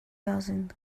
jāzina